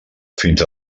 fins